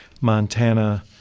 Montana